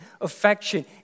affection